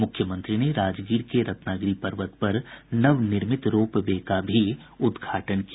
मुख्यमंत्री ने राजगीर के रत्नागिरी पर्वत पर नवनिर्मित रोप वे का भी उद्घाटन किया